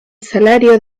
salario